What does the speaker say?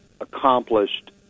accomplished